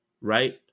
right